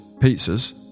pizzas